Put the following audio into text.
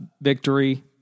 victory